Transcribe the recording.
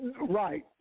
Right